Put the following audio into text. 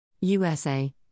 USA